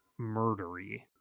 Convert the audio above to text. murdery